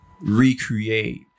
recreate